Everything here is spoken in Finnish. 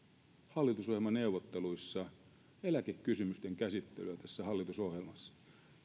hallitusohjelmaneuvotteluissa eläkekysymysten käsittelyä tässä hallitusohjelmassa